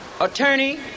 attorney